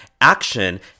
action